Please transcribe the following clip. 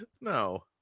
No